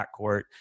backcourt